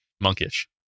Monkish